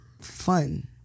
fun